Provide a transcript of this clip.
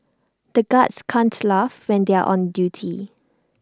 the guards can't laugh when they are on duty